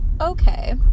Okay